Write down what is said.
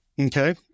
Okay